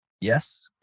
Yes